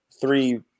three